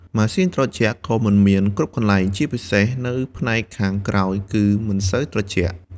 ម៉ាស៊ីនត្រជាក់ក៏មិនមានគ្រប់កន្លែង ជាពិសេសនៅផ្នែកខាងក្រោយគឺមិនសូវត្រជាក់។